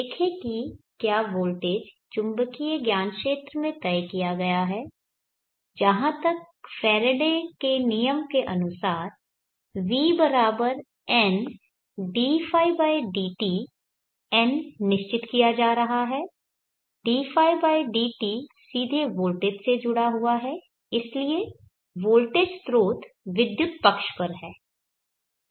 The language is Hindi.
देखें कि क्या वोल्टेज चुंबकीय ज्ञानक्षेत्र में तय किया गया है जहां तक फैराडे के नियम के अनुसार v N dϕdt N निश्चित किया जा रहा है dϕdt सीधे वोल्टेज से जुड़ा हुआ है इसलिए वोल्टेज स्रोत विद्युत पक्ष पर है